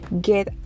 get